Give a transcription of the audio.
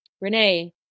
Renee